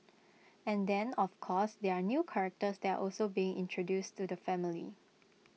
and then of course there are new characters that are also being introduced to the family